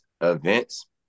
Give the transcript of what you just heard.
events